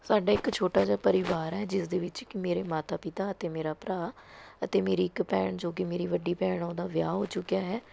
ਸਾਡਾ ਇੱਕ ਛੋਟਾ ਜਿਹਾ ਪਰਿਵਾਰ ਹੈ ਜਿਸਦੇ ਵਿੱਚ ਇੱਕ ਮੇਰੇ ਮਾਤਾ ਪਿਤਾ ਅਤੇ ਮੇਰਾ ਭਰਾ ਅਤੇ ਮੇਰੀ ਇੱਕ ਭੈਣ ਜੋ ਕਿ ਮੇਰੀ ਵੱਡੀ ਭੈਣ ਉਹਦਾ ਵਿਆਹ ਹੋ ਚੁੱਕਿਆ ਹੈ